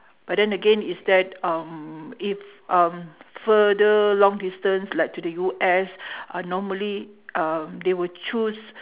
but then again is that um if um further long distance like to the U_S uh normally um they will choose